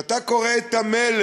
כשאתה קורא את המלל